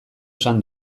esan